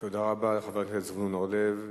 תודה רבה לחבר הכנסת זבולון אורלב.